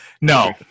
No